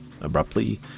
Abruptly